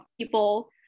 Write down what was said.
people